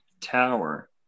Tower